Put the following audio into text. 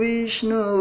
Vishnu